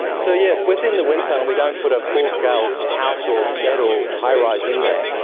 so yeah, within the wind tunnel we don't put a full scale house or shed, or high rise in there.